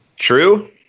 True